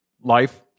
life